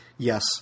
Yes